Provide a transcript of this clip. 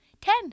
Ten